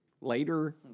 Later